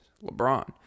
LeBron